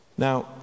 Now